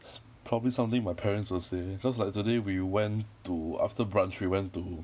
it's probably something my parents will say cause like today we went to after brunch we went to